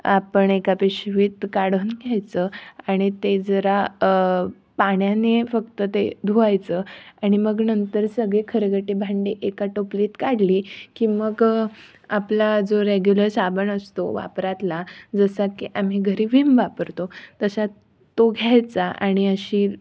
आपण एका पिशवीत काढून घ्यायचं आणि ते जरा पाण्याने फक्त ते धुवायचं आणि मग नंतर सगळी खरकटी भांडी एका टोपलीत काढली की मग आपला जो रेगुलर साबण असतो वापरातला जसा की आम्ही घरी व्हीम वापरतो तसा तो घ्यायचा आणि अशी